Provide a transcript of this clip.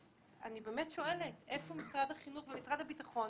באמת שואלת, איפה משרד החינוך ומשרד הביטחון